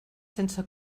sense